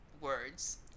words